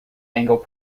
angle